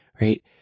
right